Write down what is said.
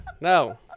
no